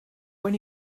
when